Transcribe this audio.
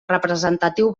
representatiu